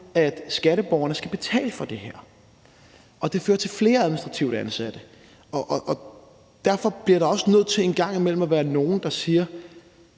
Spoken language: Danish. at skatteborgerne skal betale for det her, og det fører til flere administrativt ansatte. Derfor bliver der også nødt til en gang imellem at være nogen, der siger,